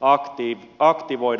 vahtii aktivoida